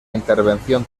intervención